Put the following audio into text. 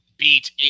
beat